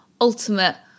ultimate